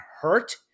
hurt